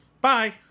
Bye